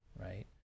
right